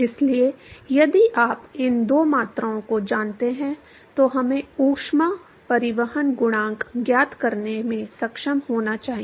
इसलिए यदि आप इन दो मात्राओं को जानते हैं तो हमें ऊष्मा परिवहन गुणांक ज्ञात करने में सक्षम होना चाहिए